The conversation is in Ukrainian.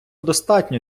достатньо